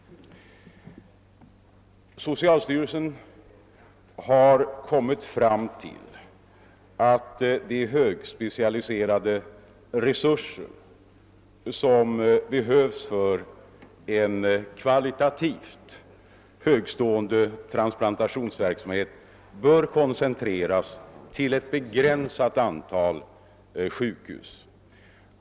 Socialstyrelsen har kommit fram till att de högspecialiserade resurser som behövs för en kvalitativt högtstående transplantationsverksamhet bör koncentreras till ett begränsat antal sjukhus.